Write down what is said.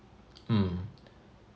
mm